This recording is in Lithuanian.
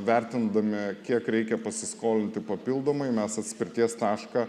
vertindami kiek reikia pasiskolinti papildomai mes atspirties tašką